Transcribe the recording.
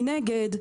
מנגד,